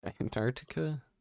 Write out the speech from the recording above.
Antarctica